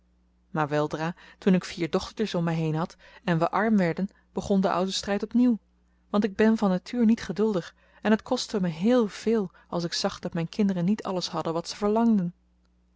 maar weldra toen ik vier dochtertjes om mij heen had en we arm werden begon de oude strijd opnieuw want ik ben van natuur niet geduldig en het kostte me heel veel als ik zag dat mijn kinderen niet alles hadden wat ze verlangden